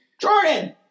Jordan